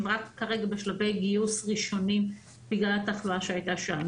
הם כרגע רק בשלבי גיוס ראשונים בגלל התחלואה שהייתה שם,